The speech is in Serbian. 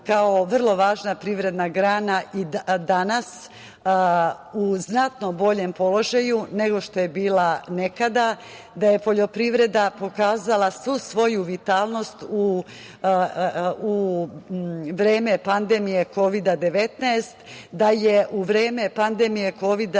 kao vrlo važna privredna grana, danas u znatno boljem položaju nego što je bila nekada, da je poljoprivreda pokazala svu svoju vitalnost u vreme pandemije Kovida-19, da je u vreme pandemije Kovida-19